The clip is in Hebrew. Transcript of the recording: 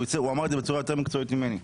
הוא אמר את זה בצורה יותר מקצועית ממני.